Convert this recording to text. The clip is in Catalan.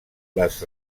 les